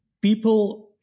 People